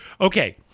Okay